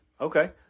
Okay